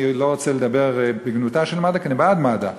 אני לא רוצה לדבר בגנותו של מד"א כי אני בעד מד"א,